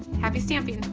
happy stamping!